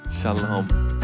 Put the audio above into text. shalom